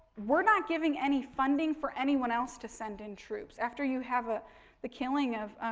we're not giving any funding for anyone else to send in troops. after you have ah the killing of